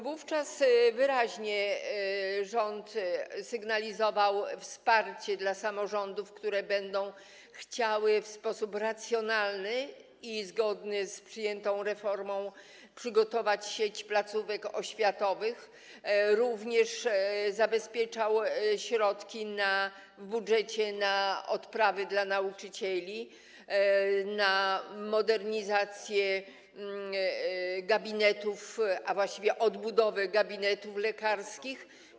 Wówczas rząd wyraźnie sygnalizował wsparcie dla samorządów, które będą chciały w sposób racjonalny i zgodny z przyjętą reformą przygotować sieć placówek oświatowych, również zabezpieczał w budżecie środki na odprawy dla nauczycieli, na modernizację gabinetów, a właściwie na odbudowę gabinetów lekarskich.